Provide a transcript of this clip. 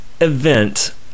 event